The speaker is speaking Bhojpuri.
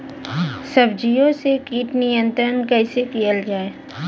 सब्जियों से कीट नियंत्रण कइसे कियल जा?